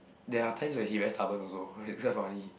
there are times when he very stubborn also it's that funny